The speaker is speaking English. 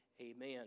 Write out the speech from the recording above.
amen